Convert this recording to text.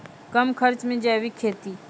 कम खर्च मे जैविक खेती?